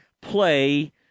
play